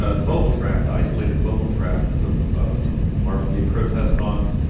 ah the vocal tract, isolated vocal track of some marvin gaye protest songs,